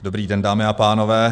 Dobrý den, dámy a pánové.